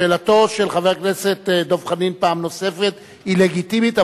שאלתו של חבר הכנסת דב חנין פעם נוספת היא לגיטימית,